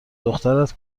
دخترت